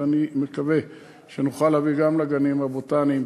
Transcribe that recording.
ואני מקווה שנוכל להביא גם לגנים הבוטניים